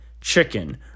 chicken